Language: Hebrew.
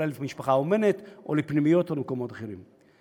אולי למשפחה אומנת או לפנימיות או למקומות אחרים.